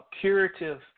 curative